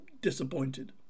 disappointed